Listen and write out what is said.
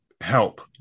help